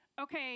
okay